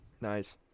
nice